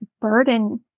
burden